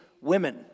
women